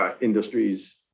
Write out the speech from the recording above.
Industries